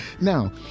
Now